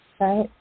Right